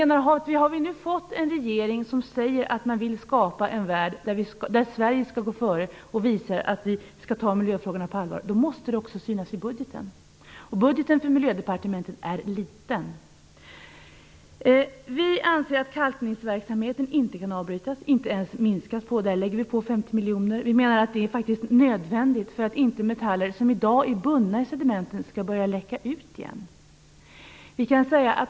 Har vi nu fått en regering som säger att Sverige skall gå före och visa att vi tar miljöfrågorna på allvar måste det också synas i budgeten. Budgeten för Miljödepartementet är liten. Vi anser att kalkningsverksamheten inte kan avbrytas, inte ens minskas. Där lägger vi på 50 miljoner. Vi menar att det är nödvändigt för att metaller som i dag är bundna i sedimenten inte skall börja läcka ut igen.